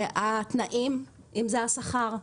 התנאים אם זה השכר,